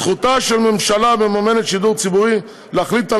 זכותה של ממשלה המממנת שידור ציבורי להחליט על